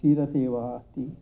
क्षीरसेवा अस्ति